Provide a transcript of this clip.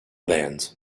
bands